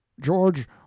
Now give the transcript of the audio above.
George